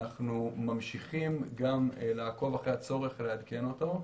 אנחנו ממשיכים גם לעקוב אחרי הצורך לעדכן אותו.